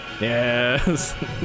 Yes